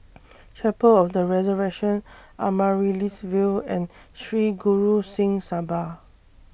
Chapel of The Resurrection Amaryllis Ville and Sri Guru Singh Sabha